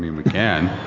we we can.